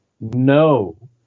No